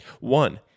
One